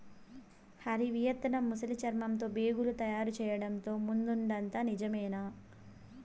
Hari, Vietnam ముసలి చర్మంతో బేగులు తయారు చేయడంతో ముందుందట నిజమేనా